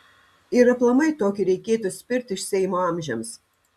ir aplamai tokį reikėtų spirt iš seimo amžiams